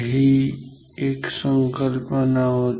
ही एक संकल्पना होती